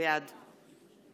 בעד